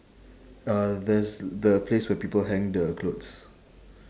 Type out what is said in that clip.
uh there's the place where people hang the clothes